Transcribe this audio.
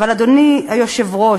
אבל, אדוני היושב-ראש,